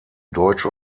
deutsch